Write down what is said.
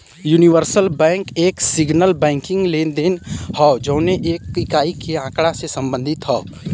universal bank एक single banking लेनदेन हौ जौन एक इकाई के आँकड़ा से संबंधित हौ